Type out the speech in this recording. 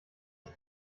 ich